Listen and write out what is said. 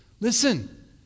listen